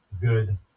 good